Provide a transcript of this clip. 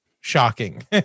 shocking